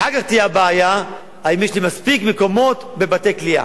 אחר כך תהיה הבעיה אם יש לי מספיק מקומות כליאה,